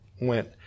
went